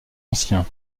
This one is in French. ancien